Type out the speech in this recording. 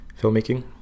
filmmaking